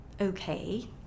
okay